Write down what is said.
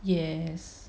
yes